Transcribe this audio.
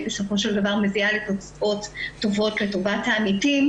שבסופו של דבר מביאה לתוצאות טובות לטובת העמיתים,